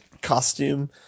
costume